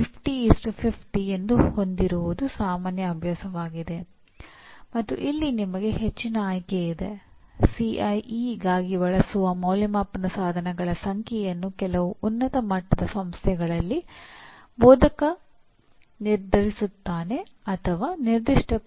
ಶೈಕ್ಷಣಿಕ ಪ್ರಕ್ರಿಯೆಯು ಏನನ್ನು ಸಾಧಿಸಲು ಉದ್ದೇಶಿಸಿದೆ ಎಂಬುದರ ಸ್ಪಷ್ಟ ಹೇಳಿಕೆಯು ವಿದ್ಯಾರ್ಥಿಗಳಿಗೆ ಮತ್ತು ಶಿಕ್ಷಕರಿಗೆ ಪಠ್ಯಕ್ರಮವನ್ನು ಸ್ಪಷ್ಟಪಡಿಸುತ್ತದೆ ಹಾಗೂ ಬೋಧನೆ ಮತ್ತು